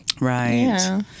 Right